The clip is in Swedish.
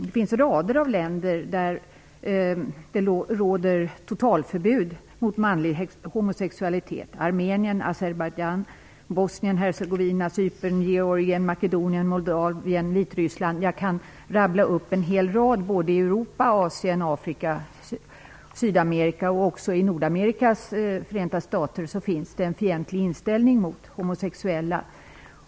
Det finns nämligen rader av länder där det råder totalförbud mot manlig homosexualitet, i exempelvis jag kan rabbla upp en hel rad länder i såväl Europa, Asien och Afrika som i Sydamerika. I Nordamerikas förenta stater finns det också en fientlig inställning mot homosexuella.